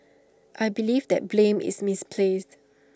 I believe that blame is misplaced